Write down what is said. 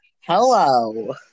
Hello